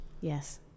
Yes